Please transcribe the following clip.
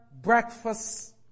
breakfast